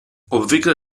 obvykle